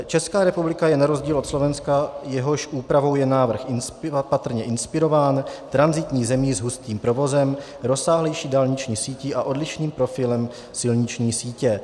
Česká republika je na rozdíl od Slovenska, jehož úpravou je návrh patrně inspirován, tranzitní zemí s hustým provozem, rozsáhlejší dálniční sítí a odlišným profilem silniční sítě.